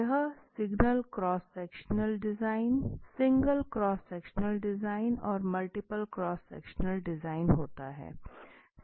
यह single cross sectional design और multiple cross sectional design होता है